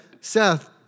Seth